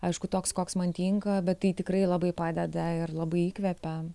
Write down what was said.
aišku toks koks man tinka bet tai tikrai labai padeda ir labai įkvepia